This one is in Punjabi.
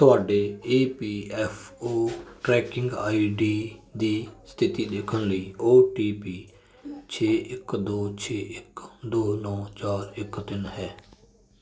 ਤੁਹਾਡੇ E P F O tracking I D ਦੀ ਸਥਿਤੀ ਦੇਖਣ ਲਈ ਓ ਟੀ ਪੀ ਛੇ ਇੱਕ ਦੋ ਛੇ ਇੱਕ ਦੋ ਨੌਂ ਚਾਰ ਇੱਕ ਤਿੰਨ ਹੈ